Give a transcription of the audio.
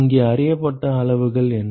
இங்கே அறியப்பட்ட அளவுகள் என்ன